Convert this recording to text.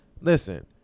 Listen